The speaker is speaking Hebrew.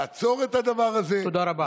לא, לא הייתה.